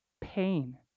pain